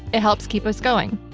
it helps keep us going.